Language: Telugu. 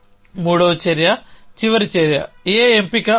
మూడవ చివరి చర్య A ఎంపిక అవుతుంది